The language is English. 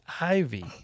Ivy